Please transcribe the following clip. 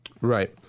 Right